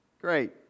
Great